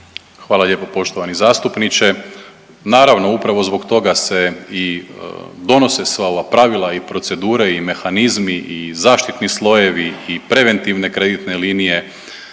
Hvala lijepo poštovani zastupniče. Naravno upravo zbog toga se i donose sva ova pravila i procedure i mehanizmi i zaštitni slojevi i preventivne kreditne linije